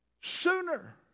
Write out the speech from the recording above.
sooner